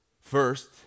First